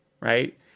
right